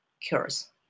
cures